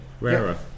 Rarer